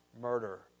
murder